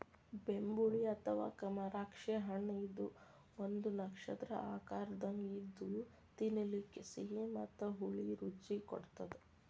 ಬೆಂಬುಳಿ ಅಥವಾ ಕಮರಾಕ್ಷಿ ಹಣ್ಣಇದು ಒಂದು ನಕ್ಷತ್ರದ ಆಕಾರದಂಗ ಇದ್ದು ತಿನ್ನಲಿಕ ಸಿಹಿ ಮತ್ತ ಹುಳಿ ರುಚಿ ಕೊಡತ್ತದ